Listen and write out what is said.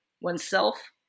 oneself